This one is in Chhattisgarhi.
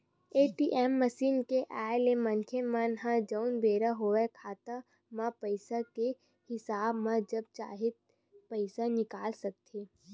ए.टी.एम मसीन के आय ले मनखे मन ह जउन बेरा होय खाता म पइसा के राहब म जब चाहे पइसा निकाल सकथे